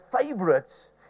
favorites